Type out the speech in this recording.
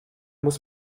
muss